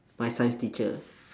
my science teacher